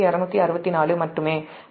264 மட்டுமே வரும்